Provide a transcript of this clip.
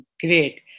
Great